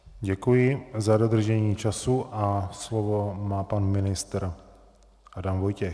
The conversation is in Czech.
Děkuji za dodržení času a slovo má pan ministr Adam Vojtěch.